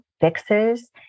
fixes